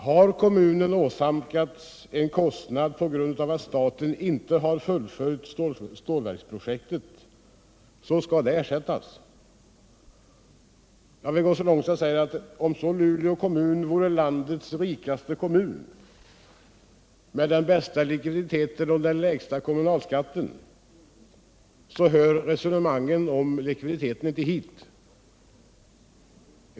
Har kommunen åsamkats en kostnad på grund av att staten inte har fullföljt stålverksprojektet, skall detta ersättas. Jag vill gå så långt som att säga, att om Luleå så vore landets rikaste kommun med den bästa likviditeten och den lägsta kommunalskatten, hör resonemangen om likviditeten inte hit.